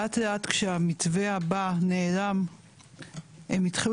לאט לאט כשהמתווה הבא נעלם הם התחילו